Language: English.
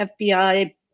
FBI